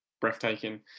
Breathtaking